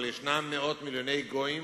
אבל יש מאות מיליוני גויים